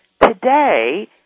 today